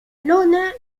lona